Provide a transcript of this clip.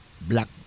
Black